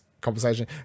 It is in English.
conversation